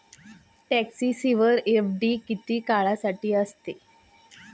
Tax saver FD किती काळासाठी असते?